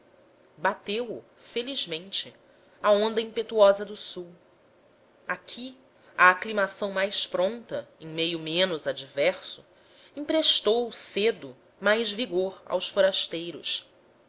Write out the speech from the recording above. bateu o felizmente a onda impetuosa do sul aqui a aclimação mais pronta em meio menos adverso emprestou cedo mais vigor aos forasteiros